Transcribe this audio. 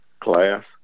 class